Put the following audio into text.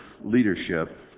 leadership